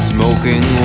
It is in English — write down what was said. Smoking